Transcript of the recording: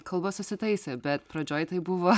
kalba susitaisė bet pradžioj tai buvo